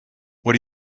what